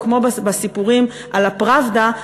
או כמו בסיפורים על ה"פראבדה",